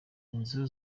inzu